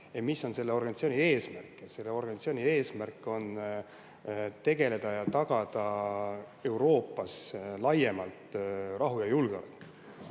mis on selle organisatsiooni eesmärk. Selle organisatsiooni eesmärk on tagada Euroopas laiemalt rahu ja julgeolek.